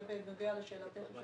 זה בנוגע לשאלתך מה